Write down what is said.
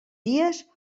dies